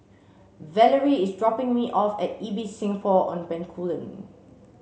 Valorie is dropping me off at Ibis Singapore on Bencoolen